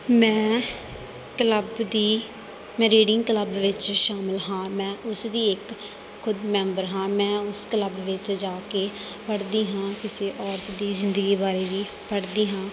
ਮੈਂ ਕਲੱਬ ਦੀ ਮੈਂ ਰੀਡਿੰਗ ਕਲੱਬ ਵਿੱਚ ਸ਼ਾਮਿਲ ਹਾਂ ਮੈਂ ਉਸਦੀ ਇੱਕ ਖੁਦ ਮੈਂਬਰ ਹਾਂ ਮੈਂ ਉਸ ਕਲੱਬ ਵਿੱਚ ਜਾ ਕੇ ਪੜ੍ਹਦੀ ਹਾਂ ਕਿਸੇ ਔਰਤ ਦੀ ਜ਼ਿੰਦਗੀ ਬਾਰੇ ਵੀ ਪੜ੍ਹਦੀ ਹਾਂ